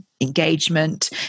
engagement